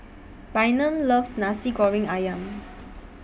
Bynum loves Nasi Goreng Ayam